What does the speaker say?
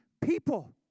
people